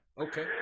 Okay